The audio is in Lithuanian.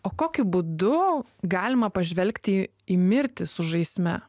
o kokiu būdu galima pažvelgti į mirtį sužaisime